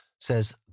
says